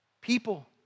people